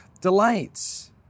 delights